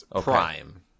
prime